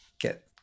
get